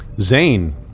Zane